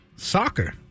Soccer